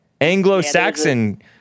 Anglo-Saxon